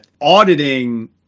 auditing